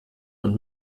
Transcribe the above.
und